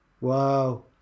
Wow